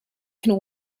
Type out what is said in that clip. can